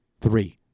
three